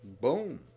Boom